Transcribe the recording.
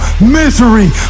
misery